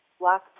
black